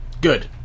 Good